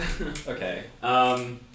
Okay